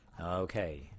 okay